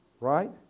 right